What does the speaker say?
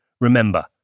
remember